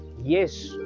Yes